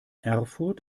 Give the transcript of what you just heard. erfurt